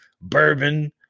bourbon